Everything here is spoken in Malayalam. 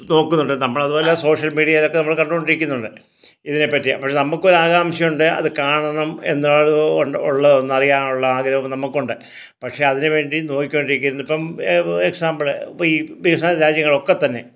നോക്കുന്നുണ്ട് നമ്മളതുപോലെ സോഷ്യൽ മീഡിയയിലൊക്കെ നമ്മൾ കണ്ടു കൊണ്ടിരിക്കുന്നുണ്ട് ഇതിനെപ്പറ്റി അപ്പോൾ നമുക്കൊരാകാംഷയുണ്ട് അത് കാണണം എന്താണിത് ഉള്ളതെന്നറിയാനുള്ള ആഗ്രഹം നമുക്കുണ്ട് പക്ഷെ അതിനു വേണ്ടി നോക്കിക്കൊണ്ടിരിക്കുന്നു ഇപ്പം എക്സാമ്പിൾ ഈ വികസന രാജ്യങ്ങളൊക്കെത്തന്നെ